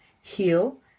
Heal